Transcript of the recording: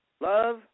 love